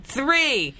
three